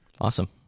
Awesome